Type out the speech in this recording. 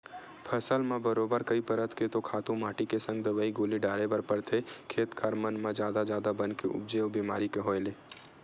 फसल म बरोबर कई परत के तो खातू माटी के संग दवई गोली डारे बर परथे, खेत खार मन म जादा जादा बन के उपजे अउ बेमारी के होय ले